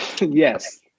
Yes